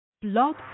Blog